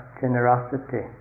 generosity